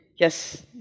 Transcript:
Yes